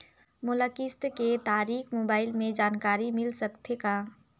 मोला किस्त के तारिक मोबाइल मे जानकारी मिल सकथे का?